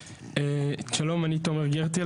שלום, אני תומר גרטל.